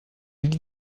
lits